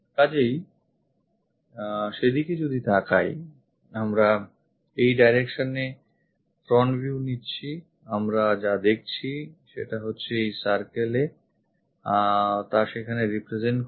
কাজেই সেদিকে যদি তাকাই আমরা এই direction এ একটা front view নিচ্ছি আমরা যা দেখছি সেটা হচ্ছে এই circle তা সেখানে represent করবে